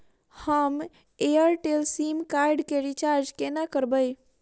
हम Airtel SIM card केँ recharge कोना करबै?